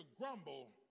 grumble